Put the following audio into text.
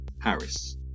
Harris